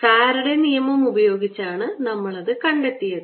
Faraday നിയമം ഉപയോഗിച്ചാണ് നമ്മൾ അത് കണ്ടെത്തിയത്